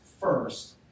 first